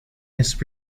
his